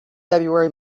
february